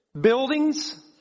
Buildings